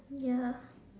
ya